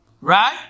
Right